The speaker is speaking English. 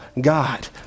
God